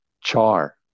char